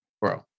Bro